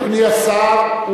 אדוני השר,